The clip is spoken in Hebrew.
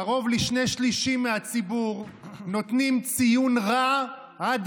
קרוב לשני-שלישים מהציבור נותנים ציון רע עד